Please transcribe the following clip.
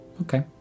Okay